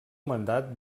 mandat